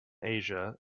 asia